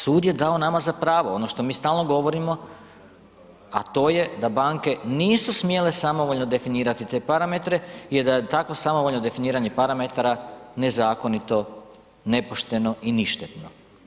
Sud je dao nama za pravo, ono što mi stalno govorimo, a to je da banke nisu smjele samovoljno definirati te parametre jer da je takvo samovoljno definiranje parametara nezakonito, nepošteno i ništetno.